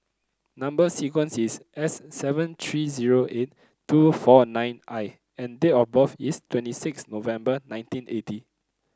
number sequence is S seven three zero eight two four nine I and date of birth is twenty six November nineteen eighty